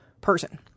person